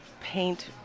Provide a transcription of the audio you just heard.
paint